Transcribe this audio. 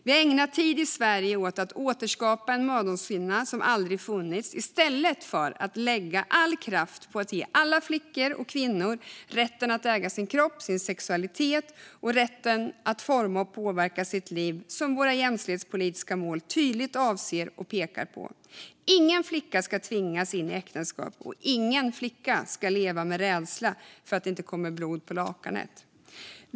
Vi har i Sverige ägnat tid åt att återskapa en mödomshinna som aldrig funnits i stället för att lägga all kraft på att ge alla flickor och kvinnor rätten att äga sin kropp och sin sexualitet och rätten att forma och påverka sitt liv, som våra jämställdhetspolitiska mål tydligt pekar på. Ingen flicka ska tvingas in i äktenskap, och ingen flicka ska leva med rädsla för att det inte kommer blod på lakanet.